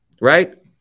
right